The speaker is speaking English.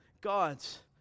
God's